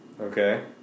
Okay